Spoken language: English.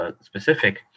specific